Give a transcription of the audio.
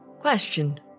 Question